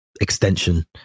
extension